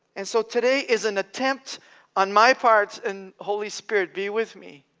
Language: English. and so today is an attempt on my part, and holy spirit be with me,